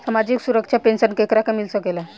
सामाजिक सुरक्षा पेंसन केकरा के मिल सकेला?